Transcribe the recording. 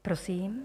Prosím.